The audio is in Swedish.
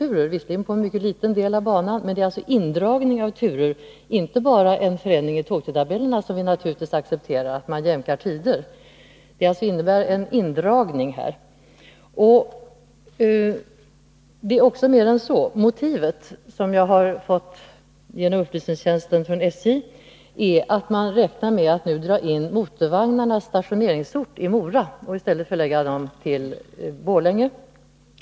Det gäller visserligen bara en mycket liten del av banan, men det är alltså fråga om indragning av turer och icke endast en förändring av tågtidtabellerna — vi accepterar naturligtvis att man jämkar på tiderna. Men det är mer än så. Motivet för SJ, som jag fått genom upplysningstjänsten, är att man räknar med att dra in motorvagnarnas stationeringsort i Mora och i stället förlägga den till Borlänge.